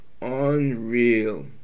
unreal